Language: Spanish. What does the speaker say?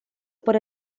por